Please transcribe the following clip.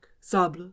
Sable